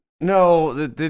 No